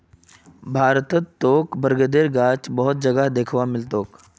भारतत तोके बरगदेर गाछ बहुत जगहत दख्वा मिल तोक